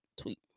tweet